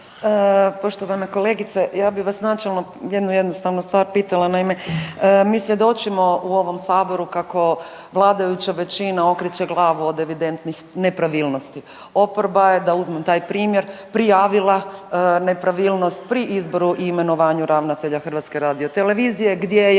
Poštovana kolegice. Ja bih vas načelno jednu jednostavnu stvar pitala. Naime, mi svjedočimo u ovom saboru kako vladajuća većina okreće glavu od evidentnih nepravilnosti. Oporba je da uzmem taj primjer, prijavila nepravilnosti pri izboru i imenovanju ravnatelja HRT-a gdje je